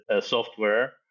software